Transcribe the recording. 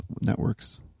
networks